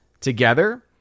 together